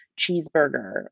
cheeseburger